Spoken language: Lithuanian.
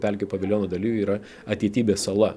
pelkių paviljono daly yra ateitybės sala